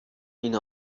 این